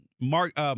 Mark